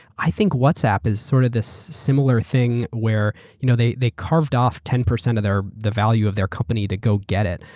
i think whatsapp is sort of this similar thing where you know they they carved off ten percent of the value of their company to go get it,